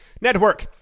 Network